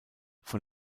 von